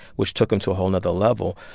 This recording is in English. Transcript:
which took him to a whole and other level.